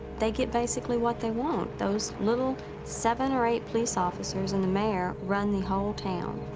they get, basically, what they want. those little seven or eight police officers and the mayor run the whole town.